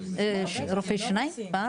משרד החינוך.